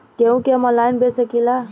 गेहूँ के हम ऑनलाइन बेंच सकी ला?